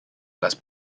las